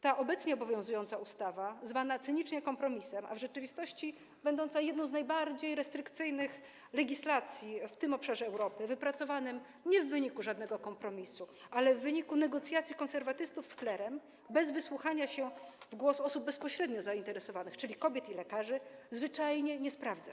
Ta obecnie obowiązująca ustawa, zwana cynicznie kompromisem, a w rzeczywistości będąca jedną z najbardziej restrykcyjnych legislacji w tym obszarze Europy, bo nie była wypracowana w wyniku żadnego kompromisu, ale w wyniku negocjacji konserwatystów z klerem bez wsłuchania się w głos osób bezpośrednio zainteresowanych, czyli kobiet i lekarzy, zwyczajnie się nie sprawdza.